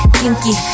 kinky